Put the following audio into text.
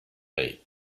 late